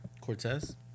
Cortez